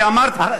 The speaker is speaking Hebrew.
אני אמרתי,